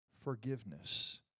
forgiveness